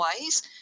ways